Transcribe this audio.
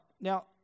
Now